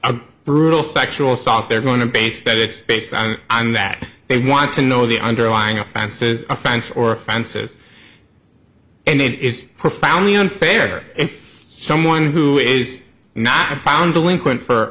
a brutal sexual assault they're going to base that based on on that they want to know the underlying offenses offense or offenses and it is profoundly unfair if someone who is not found delinquent for